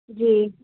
جی